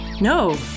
No